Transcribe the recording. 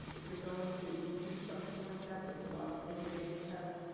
if you're going to do something like that there's a lot of innovative tests,